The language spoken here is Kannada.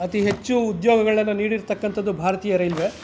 ಅತಿ ಹೆಚ್ಚು ಉದ್ಯೋಗಗಳನ್ನ ನೀಡಿರತಕ್ಕಂಥದ್ದು ಭಾರತೀಯ ರೈಲ್ವೆ